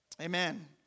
Amen